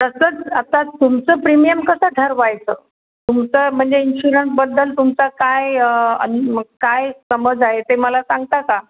तसंच आता तुमचं प्रीमियम कसं ठरवायचं तुमचं म्हणजे इन्शुरन्सबद्दल तुमचा काय काय समज आहे ते मला सांगता का